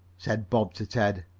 said bob to ted.